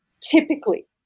typically